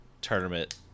tournament